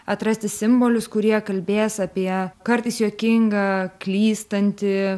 atrasti simbolius kurie kalbės apie kartais juokingą klystantį